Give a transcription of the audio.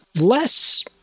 less